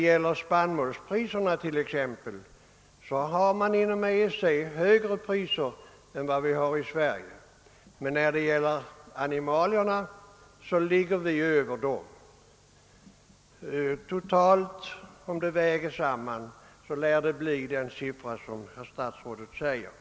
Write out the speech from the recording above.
För spannmål har man t.ex. inom EEC högre priser än i Sverige, medan animalieprodukter är dyrare hos oss. Totalt har vi måhända 5 procent högre priser än EEC-länderna, d.v.s. den siffra som statsrådet angav.